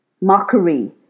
mockery